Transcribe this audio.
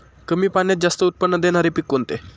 कमी पाण्यात जास्त उत्त्पन्न देणारे पीक कोणते?